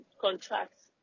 contracts